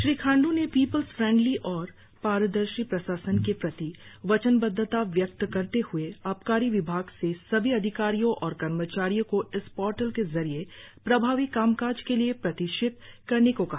श्री खांड् ने people's friendly और पारदर्शी प्रशासन के प्रति वचनबद्धता व्यक्त करते हुए आबकारी विभाग से सभी अधिकारियों और कर्मचारियों को इस पोर्टल के जरिए प्रभावी कामकाज के लिए प्रशिक्षित करने को कहा